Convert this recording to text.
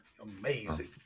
amazing